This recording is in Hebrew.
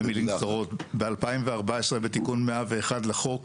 ב-2014, בתיקון 101 לחוק,